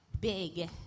big